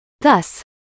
Thus